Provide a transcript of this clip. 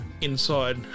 inside